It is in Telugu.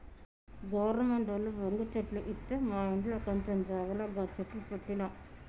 గవర్నమెంటోళ్లు బొంగు చెట్లు ఇత్తె మాఇంట్ల కొంచం జాగల గ చెట్లు పెట్టిన